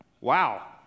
Wow